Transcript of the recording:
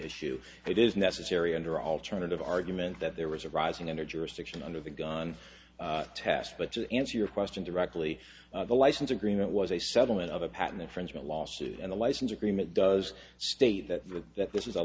issue it is necessary under alternative argument that there was a rising energy restriction under the gun test but to answer your question directly the license agreement was a settlement of a patent infringement lawsuit and the license agreement does state that that this is a